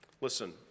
Listen